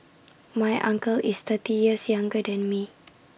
my uncle is thirty years younger than me